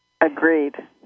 Agreed